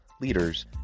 leaders